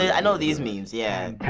i know these memes. yeah.